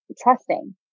trusting